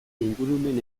ingurumen